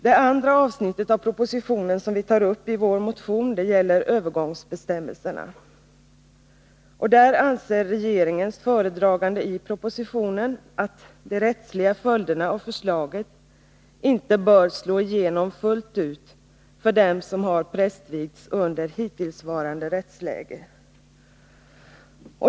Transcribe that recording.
Det andra avsnittet av propositionen som vi tar upp i vår motion gäller övergångsbestämmelserna. Där anför regeringens föredragande i propositionen att han anser att de rättsliga följderna av förslaget inte bör slå igenom fullt ut för dem som har prästvigts under hittillsvarande rättsläge.